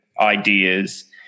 ideas